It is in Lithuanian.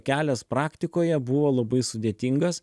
kelias praktikoje buvo labai sudėtingas